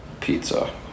pizza